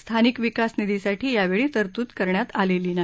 स्थानिक विकास निधीसाठी यावेळी तरतूद करण्यात आलेली नाही